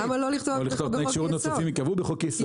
אפשר היה לכתוב: שינויים נוספים יקבעו בחוק-יסוד,